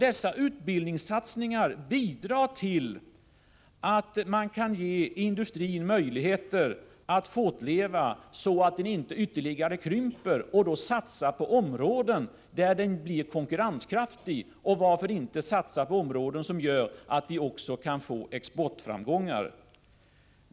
Dessa utbildningssatsningar bidrar till att man kan ge industrin möjligheter att fortleva — så att den inte ytterligare krymper — och då satsa på områden där den blir konkurrenskraftig, och varför inte satsa på områden som innebär att vi också kan få exportframgångar.